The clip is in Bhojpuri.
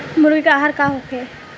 मुर्गी के आहार का होखे?